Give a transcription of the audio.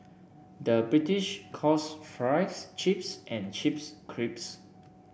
the British calls fries chips and chips crisps